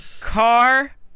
car